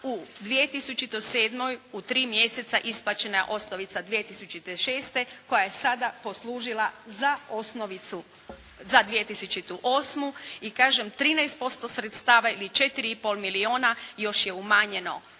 u 2007. u tri mjeseca isplaćena je osnovica 2006. koja je sada poslužila za osnovicu za 2008. I kažem, 13% sredstava ili 4,5 milijuna još je umanjeno